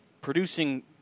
producing